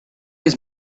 his